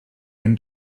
own